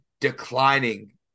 declining